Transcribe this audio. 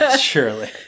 Surely